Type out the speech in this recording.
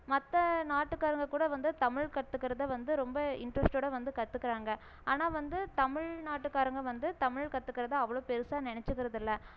மற்ற நாட்டுக்காரங்க கூட வந்து தமிழ் கற்றுக்கறத வந்து ரொம்ப இன்டர்ஸ்ட்டோட வந்து கற்றுக்குறாங்க ஆனால் வந்து தமிழ்நாட்டுக்காரங்க வந்து தமிழ் கற்றுக்குறத அவ்வளோ பெருசாக நினச்சிக்கறதுல்ல